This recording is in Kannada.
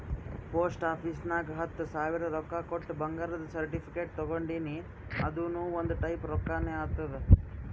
ಪೋಸ್ಟ್ ಆಫೀಸ್ ನಾಗ್ ಹತ್ತ ಸಾವಿರ ರೊಕ್ಕಾ ಕೊಟ್ಟು ಬಂಗಾರದ ಸರ್ಟಿಫಿಕೇಟ್ ತಗೊಂಡಿನಿ ಅದುನು ಒಂದ್ ಟೈಪ್ ರೊಕ್ಕಾನೆ ಆತ್ತುದ್